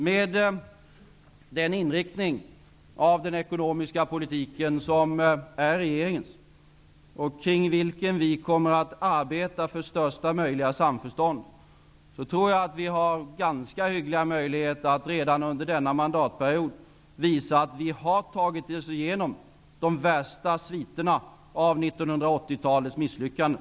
Med den inriktning av den ekonomiska politik som är regeringens, kring vilken vi kommer att arbeta för största möjliga samförstånd, tror jag att vi har ganska hyggliga möjligheter att redan under denna mandatperiod visa att vi har tagit oss igenom de värsta sviterna av 1980-talets misslyckande.